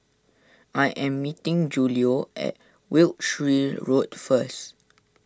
I am meeting Julio at Wiltshire Road first